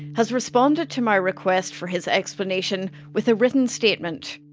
has responded to my request for his explanation with a written statement.